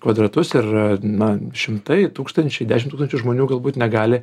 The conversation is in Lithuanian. kvadratus ir na šimtai tūkstančiai dešim tūkstančių žmonių galbūt negali